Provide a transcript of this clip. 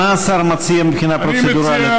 מה השר מציע מבחינה פרוצדורלית?